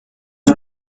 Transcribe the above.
run